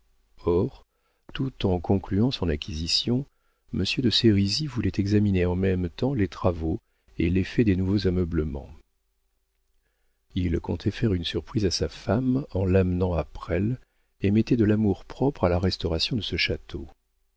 or tout en concluant son acquisition monsieur de sérisy voulait examiner en même temps les travaux et l'effet des nouveaux ameublements il comptait faire une surprise à sa femme en l'amenant à presles et mettait de l'amour-propre à la restauration de ce château